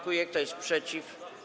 Kto jest przeciw?